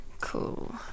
Cool